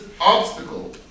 obstacle